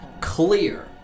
clear